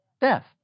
Death